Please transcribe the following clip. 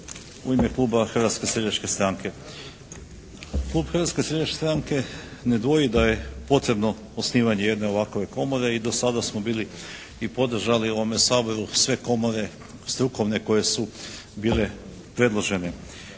u ime kluba Hrvatske seljačke stranke. Klub Hrvatske seljačke stranke ne dvoji da je potrebno osnivanje jedne ovakove komore i do sada smo bili i podržali u ovome Saboru sve komore strukovne koje su bile predložene